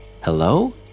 Hello